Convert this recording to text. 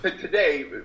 Today